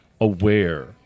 aware